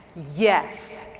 yes.